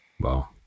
Wow